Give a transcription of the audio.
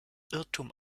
irrtum